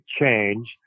change